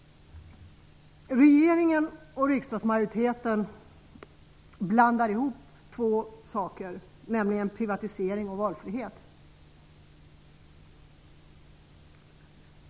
Regeringen och riksdagsmajoriteten blandar ihop två saker, nämligen privatisering och valfrihet.